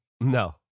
No